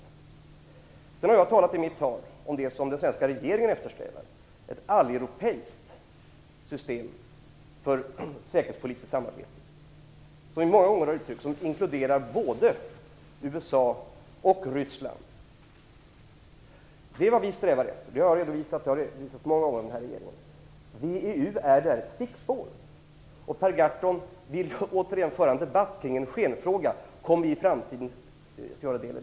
I mitt tal har jag talat om det som den svenska regeringen eftersträvar, nämligen ett alleuropeiskt system för säkerhetspolitiskt samarbete. Så som det många gånger har uttryckts inkluderar det både USA och Ryssland. Det är vad vi strävar efter. Det har jag redovisat, och det har regeringen redovisat många gånger. VEU är ett stickspår. Per Gahrton vill återigen föra en debatt kring en skenfråga och undrar vad vi i framtiden kommer att göra.